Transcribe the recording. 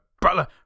Butler